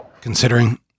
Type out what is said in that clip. Considering